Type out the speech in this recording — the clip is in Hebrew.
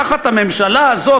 תחת הממשלה הזאת,